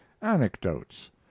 anecdotes